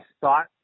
thought